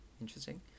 interesting